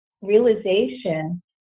realization